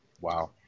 Wow